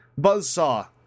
Buzzsaw